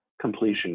completion